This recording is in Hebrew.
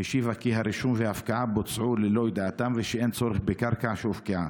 השיבה כי הרישום וההפקעה בוצעו ללא ידיעתם ושאין צורך בקרקע שהופקעה.